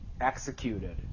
executed